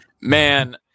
Man